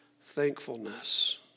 thankfulness